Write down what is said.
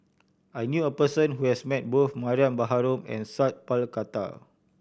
I knew a person who has met both Mariam Baharom and Sat Pal Khattar